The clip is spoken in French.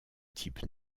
type